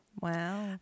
Wow